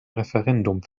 referendum